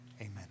Amen